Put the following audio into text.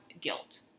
guilt